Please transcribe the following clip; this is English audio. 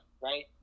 right